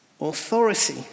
authority